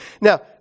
now